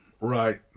right